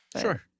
sure